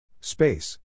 Space